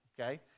Okay